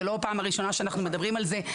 זו לא פעם ראשונה שאנחנו מדברים על זה.